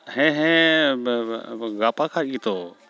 ᱦᱮᱸ ᱦᱮᱸ ᱜᱟᱯᱟ ᱠᱷᱟᱡ ᱜᱮᱛᱚ